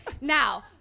Now